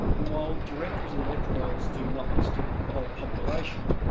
and while directories and electoral rolls do not list a whole population,